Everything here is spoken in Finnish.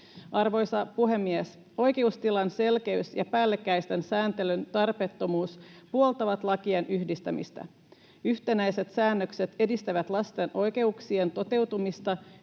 Arvoisa puhemies! Oikeustilan selkeys ja päällekkäisen sääntelyn tarpeettomuus puoltavat lakien yhdistämistä. Yhtenäiset säännökset edistävät lasten oikeuksien toteutumista